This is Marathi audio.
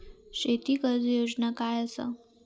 शेती कर्ज योजना काय असा?